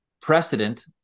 precedent